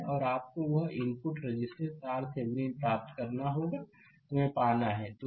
और आपको वह इनपुट रजिस्टेंस RThevenin प्राप्त करना होगा तुम्हें पाना है